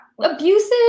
abusive